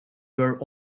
were